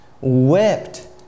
whipped